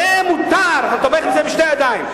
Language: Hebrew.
זה מותר, אתה תומך בזה בשתי ידיים.